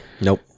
Nope